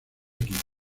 equipos